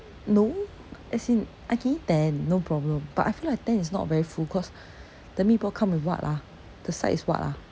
no as in I can eat ten no problem but I feel like ten is not very full cause the meatball come with what ah the side is what ah